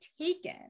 taken